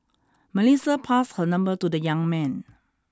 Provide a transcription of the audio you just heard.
Melissa passed her number to the young man